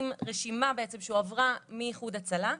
רשימה בעצם שהועברה מאיחוד הצלה,